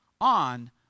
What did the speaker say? on